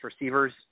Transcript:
receivers